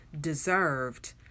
deserved